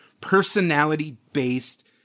personality-based